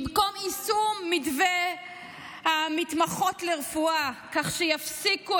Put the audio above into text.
במקום יישום מתווה המתמחות לרפואה כך שיפסיקו